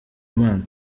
imana